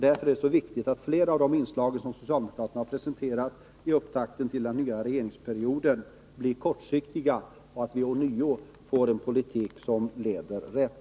Därför är det så viktigt att flera av de åtgärder som socialdemokraterna har presenterat i upptakten till den nya regeringsperioden blir kortsiktiga och att vi ånyo får en politik som leder rätt.